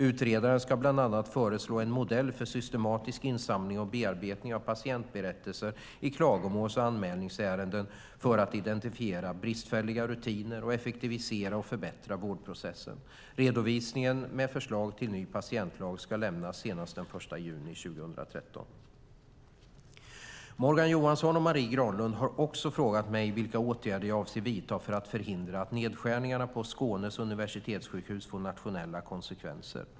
Utredaren ska bland annat föreslå en modell för systematisk insamling och bearbetning av patientberättelser i klagomåls och anmälningsärenden för att identifiera bristfälliga rutiner och effektivisera och förbättra vårdprocessen. Redovisning med förslag till ny patientlag ska lämnas senast den 1 juni 2013. Morgan Johansson och Marie Granlund har också frågat mig vilka åtgärder jag avser att vidta för att förhindra att nedskärningarna på Skånes universitetssjukhus får nationella konsekvenser.